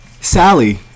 Sally